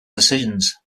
decisions